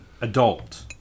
adult